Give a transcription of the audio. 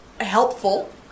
helpful